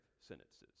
sentences